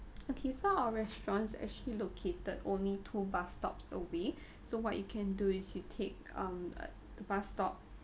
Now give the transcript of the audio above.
okay so our restaurant's actually located only two bus stops away so what you can do is you take um uh bus stop